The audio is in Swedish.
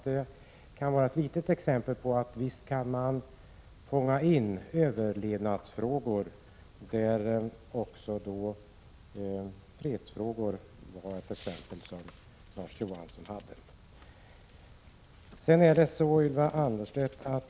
Det kan tjäna som exempel på att man visst kan ta upp överlevnadsfrågor och fredsfrågor, som var de exempel Larz Johansson nämnde.